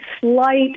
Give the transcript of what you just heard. slight